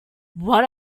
what